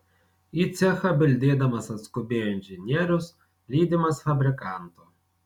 į cechą bildėdamas atskubėjo inžinierius lydimas fabrikanto